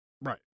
Right